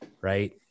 Right